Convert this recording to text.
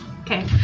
Okay